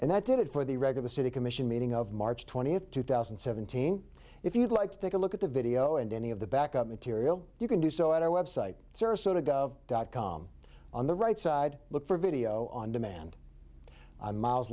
and that did it for the regular city commission meeting of march twentieth two thousand and seventeen if you'd like to take a look at the video and any of the backup material you can do so at our website sarasota gov dot com on the right side look for video on demand miles